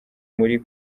muri